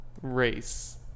race